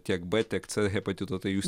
tiek b tiek c hepatito tai jūs